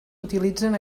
utilitzen